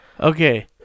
Okay